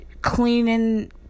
cleaning